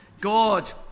God